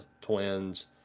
twins